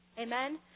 Amen